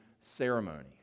ceremony